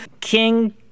King